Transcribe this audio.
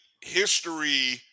history